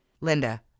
Linda